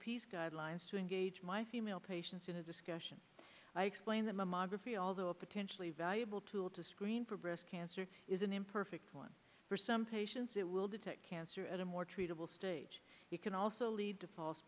s guidelines to engage my female patients in a discussion explain that mammography although a potentially valuable tool to screen for breast cancer is an imperfect one for some patients it will detect cancer at a more treatable stage it can also lead to false